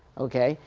ok?